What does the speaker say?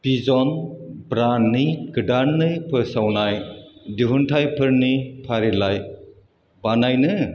vision ब्रेन्डनि गोदानै फोसावनाय दिहुनथाइफोरनि फारिलाइ बानायनो